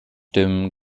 dem